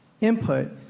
input